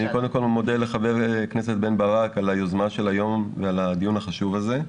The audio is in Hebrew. אני קודם כל מודה לח"כ בן ברק על היוזמה של היום ועל הדיון החשוב הזה.